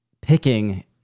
picking